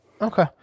Okay